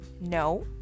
No